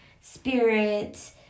spirit